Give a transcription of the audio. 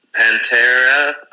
Pantera